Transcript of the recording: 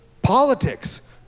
politics